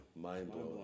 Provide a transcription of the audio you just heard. Mind-blowing